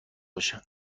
باشه